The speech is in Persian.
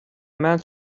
مند